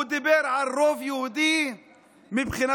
הוא דיבר על רוב יהודי מבחינתו.